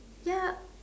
yup